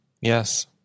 Yes